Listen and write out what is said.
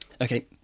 Okay